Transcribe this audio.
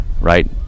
right